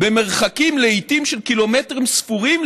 במרחקים של לעיתים קילומטרים ספורים,